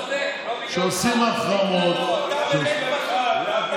אתה צודק, לא בגללך, בגלל נתניהו.